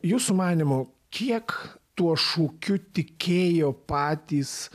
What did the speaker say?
jūsų manymu kiek tuo šūkiu tikėjo patys